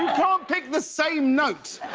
can't pick the same note.